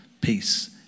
peace